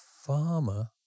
farmer